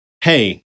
Hey